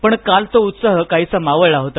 पण आज तो उत्साह काहीसा मावळला होता